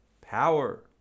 power